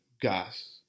gas